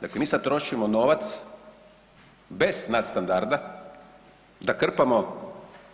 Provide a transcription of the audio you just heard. Dakle, mi sad trošimo novac bez nadstandarda da krpamo